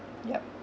yup